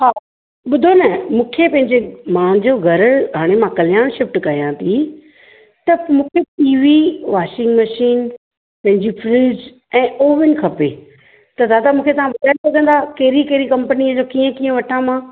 हा ॿुधो न मूंखे पंहिंजी मुंहिंजो घरु हाणे मां कल्याण शिफ्ट कयां थी त मूंखे टीवी वॉशिंग मशीन पंहिंजी फ्रिज ऐं ओवन खपे त दादा मूंखे तव्हां ॿुधाए सघंदा कहिड़ी कहिड़ी कंपनीअ जो कीअं कीअं वठां मां